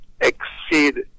exceed